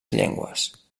llengües